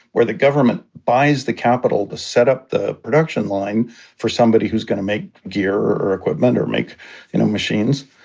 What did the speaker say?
where the government buys the capital to set up the production line for somebody who's going to make gear or or equipment or make you know machines.